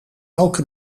elke